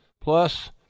Plus